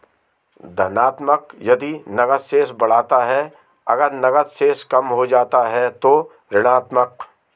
धनात्मक यदि नकद शेष बढ़ता है, अगर नकद शेष कम हो जाता है तो ऋणात्मक